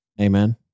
Amen